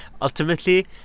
ultimately